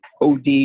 OD